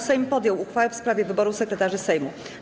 Sejm podjął uchwałę w sprawie wyboru sekretarzy Sejmu.